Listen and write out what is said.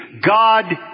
God